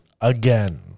again